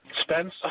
Spence